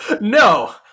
no